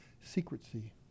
secrecy